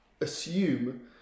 assume